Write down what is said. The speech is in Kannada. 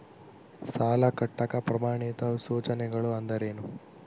ಸಾಲ ಕಟ್ಟಾಕ ಪ್ರಮಾಣಿತ ಸೂಚನೆಗಳು ಅಂದರೇನು?